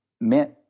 meant